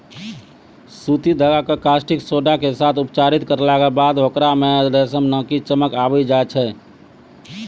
सूती धागा कॅ कास्टिक सोडा के साथॅ उपचारित करला बाद होकरा मॅ रेशम नाकी चमक आबी जाय छै